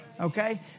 Okay